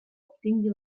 obtingui